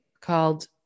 called